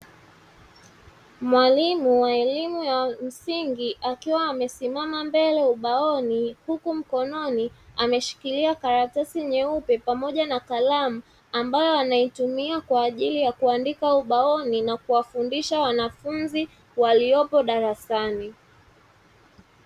Mwalimu wa elimu ya msingi akiwa amesimama mbele ubaoni, huku mkononi ameshikilia karatasi nyeupe pamoja na kalamu ambayo anaitumia kwa ajili ya kuandika ubaoni na kuwafundisha wanafunzi waliopo darasani.